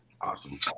Awesome